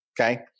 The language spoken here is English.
Okay